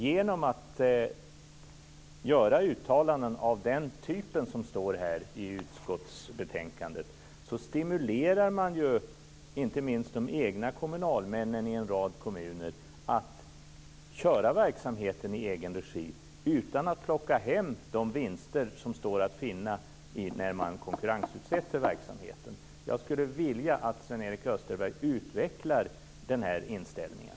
Genom att göra uttalanden av den typ som gjorts i utskottsbetänkandet stimulerar man inte minst de egna kommunalmännen i en rad kommuner att köra verksamheten i egen regi utan att plocka hem de vinster som står att finna när man konkurrensutsätter verksamheten. Jag skulle vilja att Sven-Erik Österberg utvecklade den här inställningen.